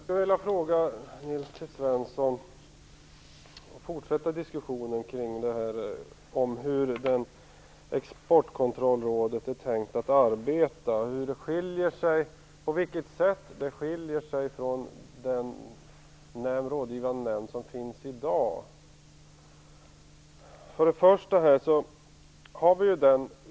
Fru talman! Jag skulle vilja fortsätta diskussionen med Nils T Svensson om hur det är tänkt att Exportkontrollrådet skall arbeta. På vilket sätt skiljer det sig från den rådgivande nämnd som finns idag?